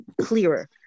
clearer